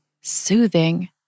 soothing